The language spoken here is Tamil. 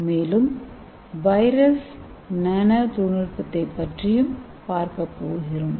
மேலும் வைரஸ் நானோ தொழில்நுட்பத்தைப்பற்றியும் பார்க்கப்போகிறோம்